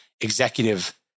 executive